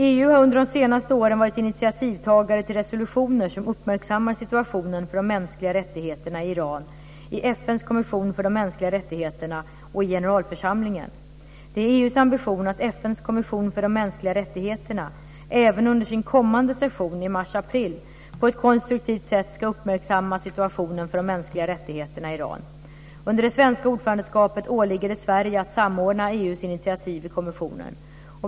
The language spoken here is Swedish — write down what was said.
EU har under de senaste åren varit initiativtagare till resolutioner som uppmärksammar situationen för de mänskliga rättigheterna i Iran i FN:s kommission för de mänskliga rättigheterna och i generalförsamlingen. Det är EU:s ambition att FN:s kommission för de mänskliga rättigheterna även under sin kommande session i mars-april på ett konstruktivt sätt ska uppmärksamma situationen för de mänskliga rättigheterna i Iran. Under det svenska ordförandeskapet åligger det Sverige att samordna EU:s initiativ i kommissionen.